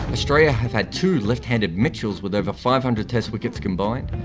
australia have had two left-handed mitchells with over five hundred test wickets combined,